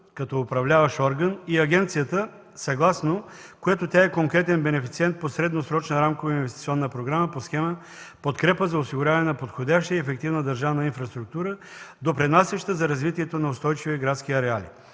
като управляващ орган и агенцията, съгласно което тя е конкретен бенефициент по средносрочна рамкова инвестиционна програма по схема „Подкрепа за осигуряване на подходяща и ефективна държавна инфраструктура, допринасяща за развитието на устойчиви градски ареали”.